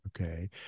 Okay